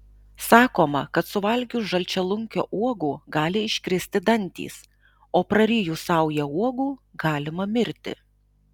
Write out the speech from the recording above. sakoma kad suvalgius žalčialunkio uogų gali iškristi dantys o prarijus saują uogų galima mirti